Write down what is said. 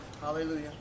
Hallelujah